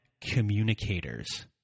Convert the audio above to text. communicators